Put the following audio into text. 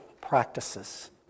practices